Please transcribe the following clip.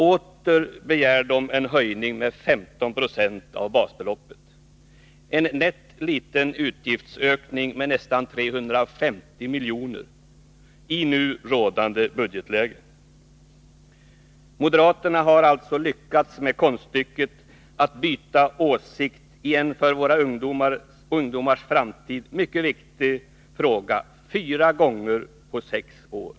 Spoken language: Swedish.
Åter begär de en höjning med 15 20 av basbeloppet — en nätt liten utgiftsökning med nästan 350 miljoner i nu rådande budgetläge. Moderaterna har alltså lyckats med konststycket att byta åsikt i en för våra ungdomars framtid mycket viktig fråga fyra gånger på sex år.